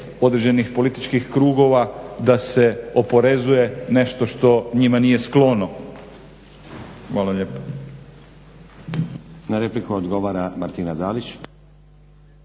određenih političkih krugova da se oporezuje nešto što njima nije sklono.